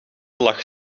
lag